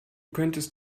könntest